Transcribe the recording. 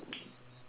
spend like